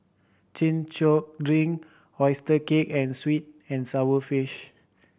Chin Chow drink oyster cake and sweet and sour fish